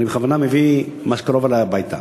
אני בכוונה מביא מה שקרוב אלי הביתה.